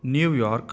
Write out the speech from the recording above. new York